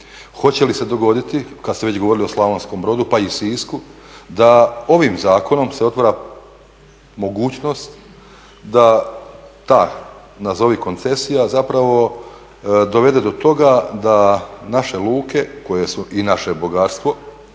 Hoće li se dogoditi kada ste već govorili o Slavonskom Brodu pa i Sisku da ovim zakonom se otvara mogućnost da ta nazovi koncesija dovede do toga da naše luke koje su i naše bogatstvo,